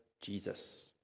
Jesus